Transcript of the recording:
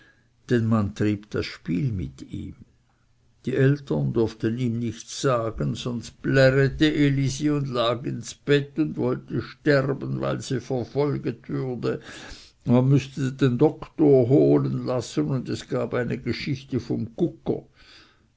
denn man trieb das spiel mit ihm die eltern durften ihm nichts sagen sonst plärete elisi und lag ins bett wollte sterben weil sie verfolget würde man mußte den doktor holen lassen und es gab eine geschichte vom